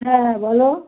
হ্যাঁ হ্যাঁ বলো